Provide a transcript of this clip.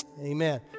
amen